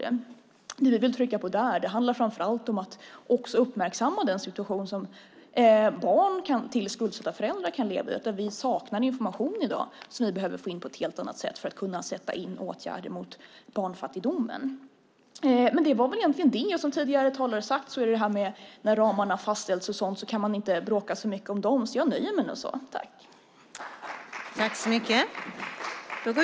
Det vi vill trycka på där handlar framför allt om att uppmärksamma den situation som barn till skuldsatta föräldrar kan leva i. Vi saknar information i dag som vi behöver få in på ett helt annat sätt för att kunna sätta in åtgärder mot barnfattigdomen. Som tidigare talare har sagt har ramarna fastställts. Då kan man inte bråka så mycket om dem. Så jag nöjer mig med det här.